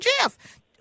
Jeff